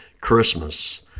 Christmas